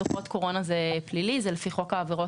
דוחות קורונה זה פלילי וזה לפי חוק העבירות